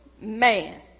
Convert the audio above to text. Man